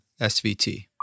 SVT